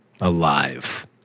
Alive